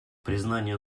признание